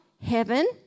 heaven